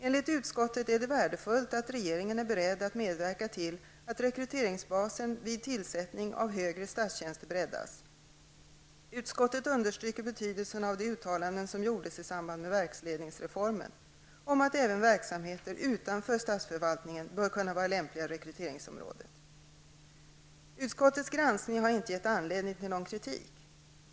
Enligt utskottet är det värdefullt att regeringen är beredd att medverka till att rekryteringsbasen vid tillsättning av högre statstjänster breddas. Utskottet understryker betydelsen av de uttalanden som gjordes i samband med verksledningsreformen, om att även verksamheter utanför statsförvaltningen bör kunna vara lämpliga rekryteringsområden. Utskottets granskning har inte gett anledning till någon kritik.